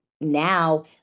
now